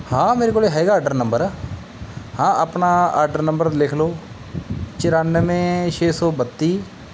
ਹਾਂ ਮੇਰੇ ਕੋਲ ਹੈਗਾ ਆਰਡਰ ਨੰਬਰ ਹਾਂ ਆਪਣਾ ਆਰਡਰ ਨੰਬਰ ਲਿਖ ਲਓ ਚੁਰਾਨਵੇਂ ਛੇ ਸੌ ਬੱਤੀ